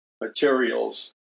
materials